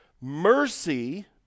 Mercy